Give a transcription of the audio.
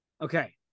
Okay